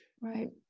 Right